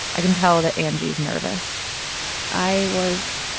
i can tell that angie is nervous i was